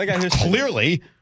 Clearly